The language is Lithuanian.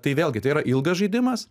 tai vėlgi tai yra ilgas žaidimas